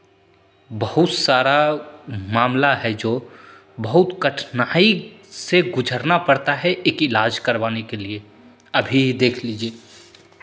बहुत सारा मामला है जो बहुत कठिनाई से गुज़रना पड़ता है एक इलाज करवाने के लिए अभी ही देख लीजिए